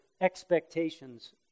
expectations